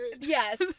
Yes